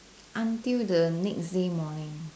until the next day morning